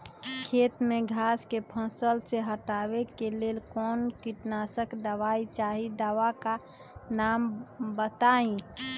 खेत में घास के फसल से हटावे के लेल कौन किटनाशक दवाई चाहि दवा का नाम बताआई?